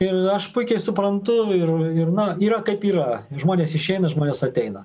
ir aš puikiai suprantu ir ir na yra kaip yra žmonės išeina žmonės ateina